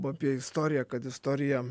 apie istoriją kad istorija